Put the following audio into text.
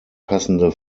passende